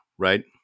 Right